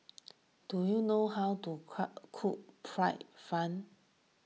do you know how to cook Fried Fan